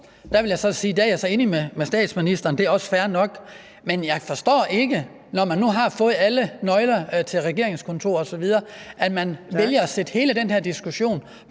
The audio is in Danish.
Der vil jeg så sige, at jeg er enig med statsministeren, og det er også fair nok, men jeg forstår ikke, når man nu har fået alle nøglerne til regeringskontorerne osv., at man vælger at sætte hele den her diskussion